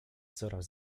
wzorach